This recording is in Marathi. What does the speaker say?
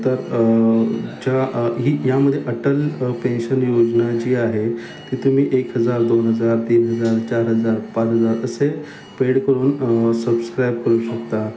तर ज्या ही यामध्ये अटल पेन्शन योजना जी आहे ती तुम्ही एक हजार दोन हजार तीन हजार चार हजार पाच हजार असे पेड करून सब्स्क्राइब करू शकता